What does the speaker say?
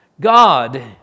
God